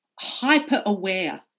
hyper-aware